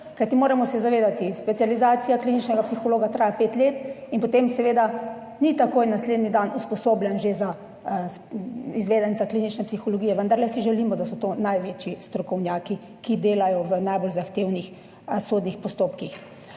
kajti moramo se zavedati, specializacija kliničnega psihologa traja pet let in potem seveda ni že takoj naslednji dan usposobljen za izvedenca klinične psihologije, vendarle si želimo, da so to največji strokovnjaki, ki delajo v najbolj zahtevnih sodnih postopkih